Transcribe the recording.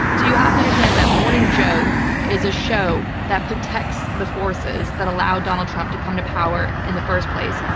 so you have to understand that morning joe is a show that protects the forces that allow donald trump to come to power in the first place,